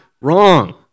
wrong